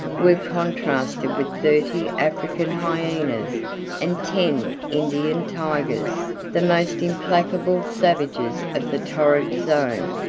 were contrasted with thirty african hyaenas and ten indian tigers, the most implacable savages of the torrid zone.